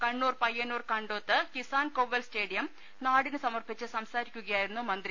Kannur Payyanur Kandoth Kisan Kovval stadium നാടിന് സമർപ്പിച്ച് സംസാരിക്കുകയായിരുന്നു മന്ത്രി